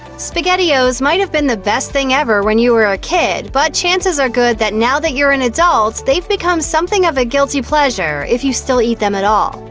spaghettios might have been the best thing ever when you were a kid, but chances are good that now that you're an adult, they've become something of a guilty pleasure if you still eat them at all.